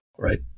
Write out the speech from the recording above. Right